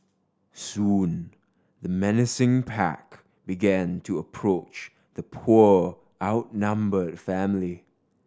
soon the menacing pack began to approach the poor outnumbered family